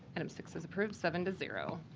item six is approved seven to zero.